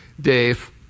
Dave